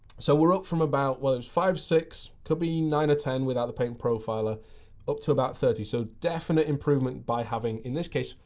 so we're up from about well, it was five, six, could be nine or ten without the paint profiler up to about thirty. so definite improvement by having, in this case,